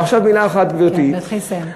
ועכשיו מילה אחת, גברתי, כן, להתחיל לסיים.